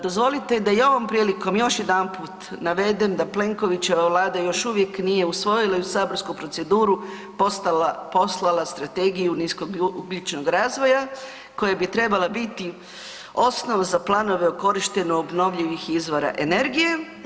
Dozvolite da i ovom prilikom još jedanput navedem da Plenkovićeva vlada još uvijek nije usvojila i u saborsku proceduru postala, poslala strategiju niskougljičnog razvoja koja bi trebala biti osnov za planove o korištenju obnovljivih izvora energije.